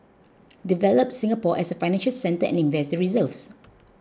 develop Singapore as a financial centre and invest the reserves